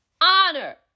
honor